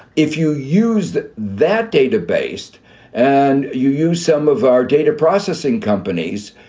if you used that data based and you use some of our data processing companies,